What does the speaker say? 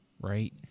right